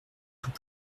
tout